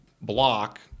block